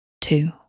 two